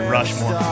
Rushmore